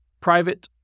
Private